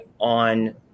on